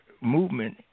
movement